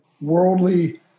worldly